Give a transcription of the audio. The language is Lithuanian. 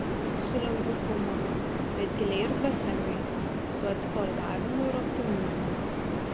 su lengvu humoru bet giliai ir dvasingai su atsipalaidavimu ir optimizmu